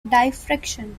diffraction